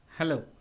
Hello